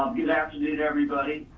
um good afternoon everybody.